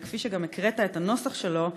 וכפי שגם הקראת את הנוסח שלו,